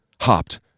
hopped